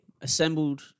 assembled